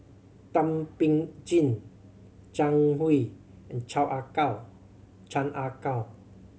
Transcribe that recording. Thum Ping Tjin Zhang Hui and Chao Ah Kow Chan Ah Kow